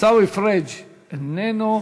עיסאווי פריג' אינו נוכח.